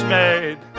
made